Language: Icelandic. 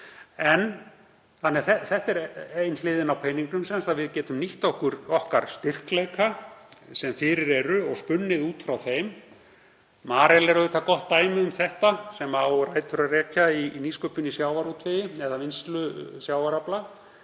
þar. Þetta er ein hliðin á peningnum, þ.e. við getum nýtt okkar styrkleika sem fyrir eru og spunnið út frá þeim. Marel er auðvitað gott dæmi um þetta sem á rætur að rekja í nýsköpun í sjávarútvegi eða vinnslu sjávarafla